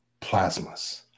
plasmas